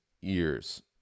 years